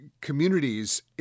communities